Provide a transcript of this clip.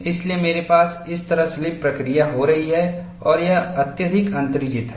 इसलिए मेरे पास इस तरह स्लिप प्रक्रिया हो रही है और यह अत्यधिक अतिरंजित है